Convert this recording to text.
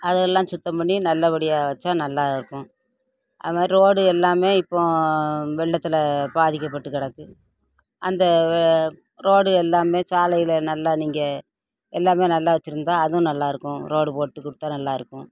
அதெல்லாம் சுத்தம் பண்ணி நல்லபடியாக வச்சா நல்லாயிருக்கும் அதுமாரி ரோடு எல்லாம் இப்போது வெள்ளத்தில் பாதிக்கப்பட்டு கிடக்கு அந்த ரோடு எல்லாம் சாலையில் நல்லா நீங்கள் எல்லாமே நல்லா வச்சிருந்தா அதுவும் நல்லாயிருக்கும் ரோடு போட்டு கொடுத்தா நல்லாயிருக்கும்